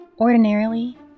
Ordinarily